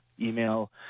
email